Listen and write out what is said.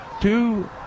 two